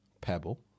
Pebble